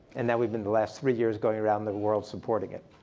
and now we've been the last three years going around the world supporting it.